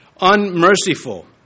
Unmerciful